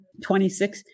26